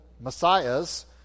messiahs